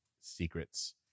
secrets